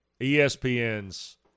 ESPN's